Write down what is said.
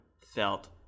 felt